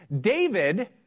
David